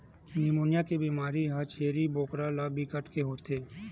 pneumonia के बेमारी ह छेरी बोकरा ल बिकट के होथे